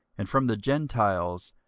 and from the gentiles,